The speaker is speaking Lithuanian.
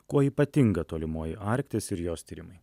kuo ypatinga tolimoji arktis ir jos tyrimai